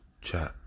chat